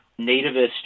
nativist